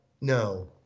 no